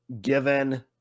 given